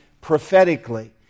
prophetically